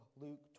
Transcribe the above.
Luke